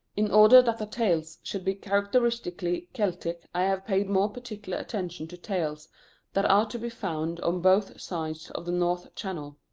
in order that the tales should be characteristically celtic, i have paid more particular attention to tales that are to be found on both sides of the north channel.